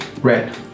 red